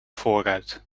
voorruit